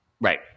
Right